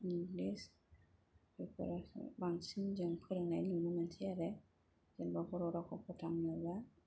English बेफोरावसो बांसिन जों फोरोंनाय नुनो मोनोसै आरो जेनेबा बर' रावखौ फोथांनोबा